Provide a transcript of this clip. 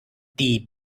die